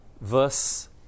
Verse